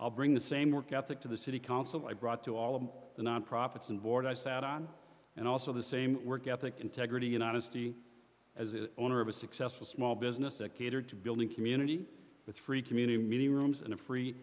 i'll bring the same work ethic to the city council i brought to all of the non profits and board i sat on and also the same work ethic integrity and honesty as owner of a successful small business that catered to building community with free community meeting rooms and a free